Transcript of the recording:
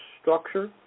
structure